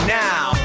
now